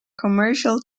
commercial